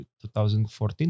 2014